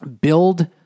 build